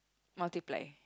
multiply